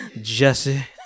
jesse